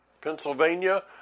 Pennsylvania